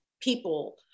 people